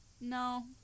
No